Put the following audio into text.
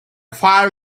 fire